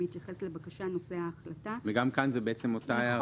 בהתייחס לבקשה נשוא ההחלטה: גם כאן זאת אותה הערה.